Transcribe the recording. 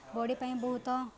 body ପାଇଁ ବହୁତ